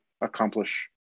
accomplish